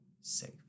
safe